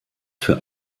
für